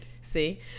See